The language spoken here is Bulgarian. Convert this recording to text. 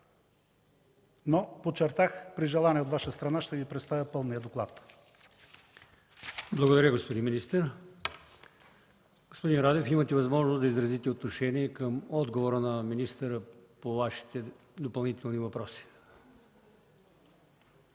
но, подчертах – при желание от Ваша страна ще Ви представя пълния доклад. ПРЕДСЕДАТЕЛ АЛИОСМАН ИМАМОВ: Благодаря, господин министър. Господин Радев, имате възможност да изразите отношение към отговора на министъра по Вашите допълнителни въпроси.